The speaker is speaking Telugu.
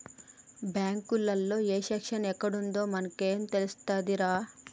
బాంకులల్ల ఏ సెక్షను ఎక్కడుందో మనకేం తెలుస్తదిరా